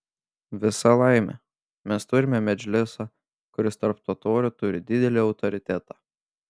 visa laimė mes turime medžlisą kuris tarp totorių turi didelį autoritetą